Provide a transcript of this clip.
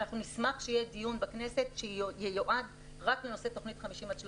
אנחנו נשמח שיהיה דיון בכנסת שייועד רק לנושא תוכנית "50 עד 30"